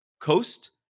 coast